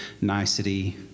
nicety